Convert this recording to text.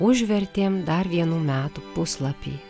užvertėm dar vienų metų puslapį